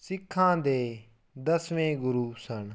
ਸਿੱਖਾਂ ਦੇ ਦਸਵੇਂ ਗੁਰੂ ਸਨ